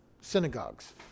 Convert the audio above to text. synagogues